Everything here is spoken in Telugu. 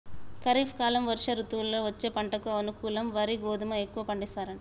ఖరీఫ్ కాలం వర్ష ఋతువుల్లో వచ్చే పంటకు అనుకూలం వరి గోధుమ ఎక్కువ పండిస్తారట